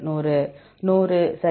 100 சரி